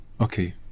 okay